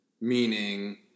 Meaning